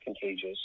contagious